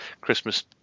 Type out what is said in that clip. Christmas